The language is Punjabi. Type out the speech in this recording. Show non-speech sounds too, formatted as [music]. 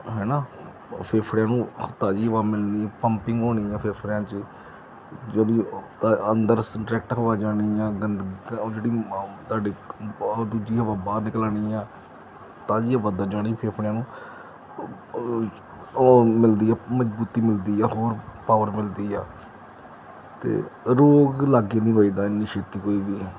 ਹੈ ਨਾ ਫੇਫੜਿਆਂ ਨੂੰ ਤਾਜ਼ੀ ਹਵਾ ਮਿਲਣੀ ਪੰਪਿੰਗ ਹੋਣੀ ਆ ਫੇਫੜਿਆਂ 'ਚ ਜਿਹੜੀ ਅੰਦਰ ਸ ਡਾਇਰੈਕਟ ਹਵਾ ਜਾਣੀ ਜਾ ਗੰਦ ਉਹ ਜਿਹੜੀ [unintelligible] ਤੁਹਾਡੀ ਉਹ ਦੂਜੀ ਹਵਾ ਬਾਹਰ ਨਿਕਲਣੀ ਆ ਤਾਜ਼ੀ ਹਵਾ ਅੰਦਰ ਜਾਣੀ ਫੇਫੜਿਆਂ ਨੂੰ ਉਹ ਉਹ ਮਿਲਦੀ ਆ ਮਜ਼ਬੂਤੀ ਮਿਲਦੀ ਆ ਹੋਰ ਪਾਵਰ ਮਿਲਦੀ ਆ ਅਤੇ ਰੋਗ ਲਾਗੇ ਨਹੀਂ ਵੱਜਦਾ ਇੰਨੀ ਛੇਤੀ ਕੋਈ ਵੀ